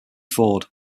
ford